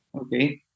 Okay